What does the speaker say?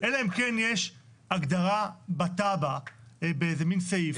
אלא אם כן יש הגדרה בתב"ע באיזה מן סעיף.